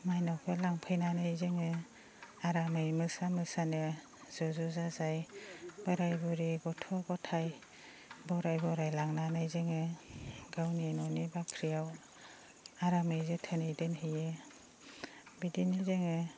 मायनावखौ लांफैनानै जोङो आरामै मोसा मोसानो ज' ज' जाजाय बोराइ बुरै गथ' गथाय बरायै बरायै लांनानै जोङो गावनि न'नि बाख्रियाव आरामै जोथोनै दोनहैयो बिदिनो जोङो